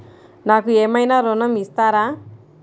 నాకు ఏమైనా ఋణం ఇస్తారా?